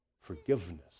forgiveness